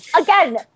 again